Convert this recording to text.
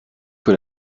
que